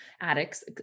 Addicts